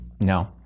No